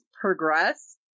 progress